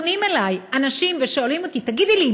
פונים אלי אנשים ושואלים אותי: תגידי לי,